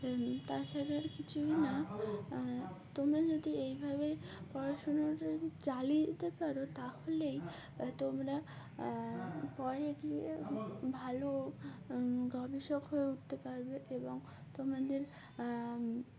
তাছাড়া আর কিছুই না তোমরা যদি এইভাবে পড়াশোনাটা চালিতে পারো তাহলেই তোমরা পড়ে গিয়ে ভালো গবেষক হয়ে উঠতে পারবে এবং তোমাদের